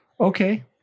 Okay